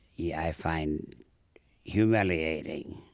yeah, i find humiliating.